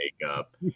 makeup